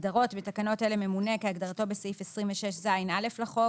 הגדרות בתקנות אלה "ממונה" כהגדרתו בסעיף 26ז(א) לחוק.